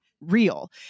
real